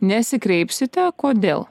nesikreipsite kodėl